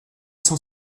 cent